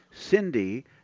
Cindy